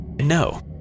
No